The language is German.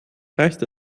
reicht